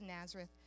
Nazareth